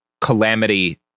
calamity